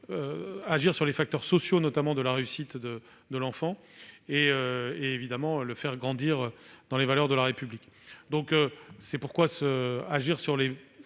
agir sur les facteurs sociaux de la réussite de l'enfant et le faire grandir dans les valeurs de la République. C'est pourquoi agir sur les